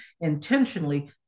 intentionally